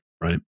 right